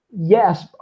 Yes